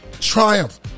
Triumph